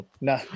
No